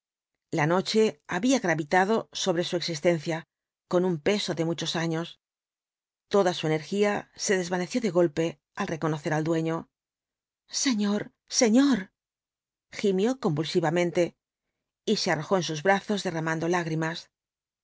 la noche había gravitado sobre su existencia con un peso de muchos años toda su energía se desvaneció de golpe al reconocer al dueño señor señor gimió convulsivamente y se arrojó en sus brazos derramando lágrimas